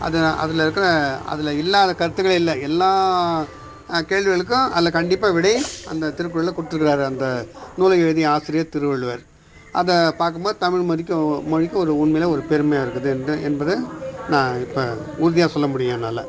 அது அதில் இருக்கிற அதில் இல்லாத கருத்துக்களே இல்லை எல்லா கேள்விகளுக்கும் அதில் கண்டிப்பாக விடை அந்த திருக்குறளில் கொடுத்துருக்குறாரு அந்த நூலை எழுதிய ஆசிரியர் திருவள்ளுவர் அதை பார்க்கும்போது தமிழ் மதிக்கும் மொழிக்கு ஒரு உண்மையான ஒரு பெருமையாக இருக்குது என்று என்பது நான் இப்போ உறுதியாக சொல்ல முடியும் என்னால்